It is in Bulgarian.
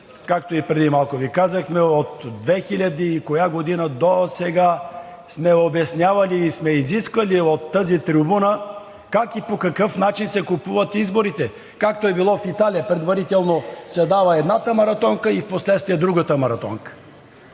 както и преди малко Ви казахме, от 2000 и коя година досега сме обяснявали и сме изисквали от тази трибуна как и по какъв начин се купуват изборите? Както е било в Италия предварително се дава едната маратонка и впоследствие – другата маратонка.